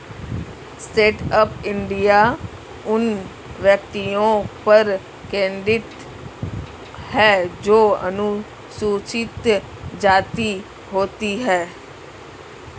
stand up India उन व्यक्तियों पर केंद्रित है जो अनुसूचित जाति होती है